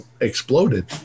exploded